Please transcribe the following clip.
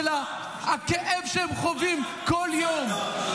של הכאב שהם חווים כל יום,